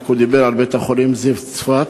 רק שהוא דיבר על בית-החולים זיו בצפת,